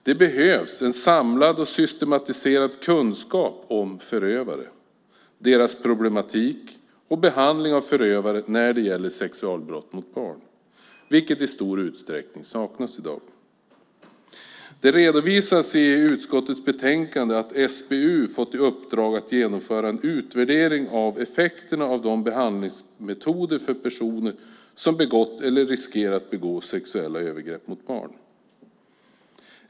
Det behövs en samlad och systematiserad kunskap om förövare och deras problematik och om behandling av förövare när det gäller sexualbrott mot barn, vilket i stor utsträckning saknas i dag. Det redovisas i utskottets betänkande att SBU har fått i uppdrag att genomföra en utvärdering av effekterna av behandlingsmetoderna för personer som har begått eller riskerar att begå sexuella övergrepp mot barn.